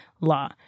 law